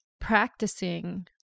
practicing